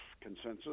consensus